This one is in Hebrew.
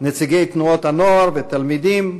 נציגי תנועות הנוער ותלמידים,